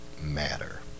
matter